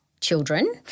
children